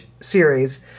series